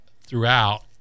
throughout